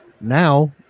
Now